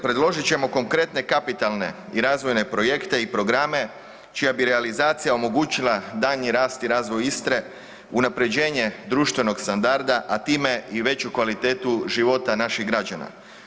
Predložit ćemo konkretne kapitalne i razvojne projekte i programe čija bi realizacija omogućila daljnji rast i razvoj Istre, unapređenje društvenog standarda, a time i veću kvalitetu života naših građana.